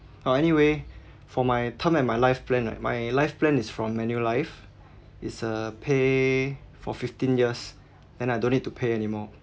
but anyway for my term and my life plan right my life plan is from manulife is a pay for fifteen years then I don't need to pay anymore